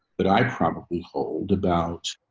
but i probably hold about,